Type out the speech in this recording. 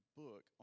book